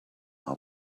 how